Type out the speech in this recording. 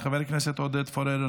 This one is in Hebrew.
חבר הכנסת עודד פורר,